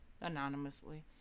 anonymously